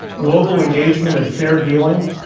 global engagement, and fair dealing,